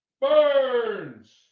Burns